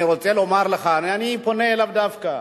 אני רוצה לומר לך, למה, אני פונה אליו דווקא.